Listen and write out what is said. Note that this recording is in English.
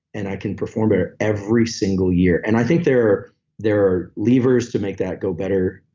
and i can perform better every single year. and i think there there are levers to make that go better,